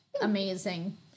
amazing